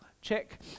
Check